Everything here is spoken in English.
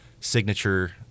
signature